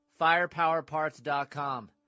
FirepowerParts.com